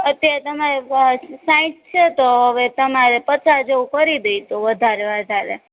અત્યારે તમારે સાંઠ છે તો હવે તમારે પચાસ જેવું કરી દઇશું વધારે વધારે